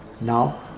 Now